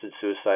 suicide